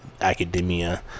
academia